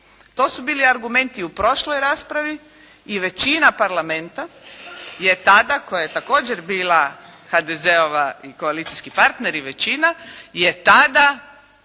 To su biti argumenti u prošloj raspravi i većina Parlamenta je tada koja je također bila HDZ-a i koalicijski partneri većina, je tada